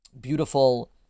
beautiful